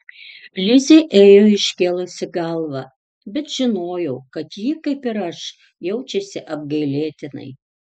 lizė ėjo iškėlusi galvą bet žinojau kad ji kaip ir aš jaučiasi apgailėtinai